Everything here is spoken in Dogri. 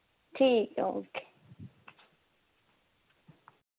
ठीक ऐ ओके